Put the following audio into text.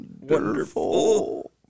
Wonderful